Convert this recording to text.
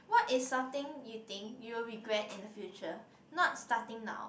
what is something you think you will regret in the future not starting now